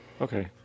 Okay